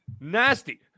Nasty